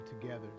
together